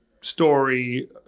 story